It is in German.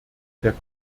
der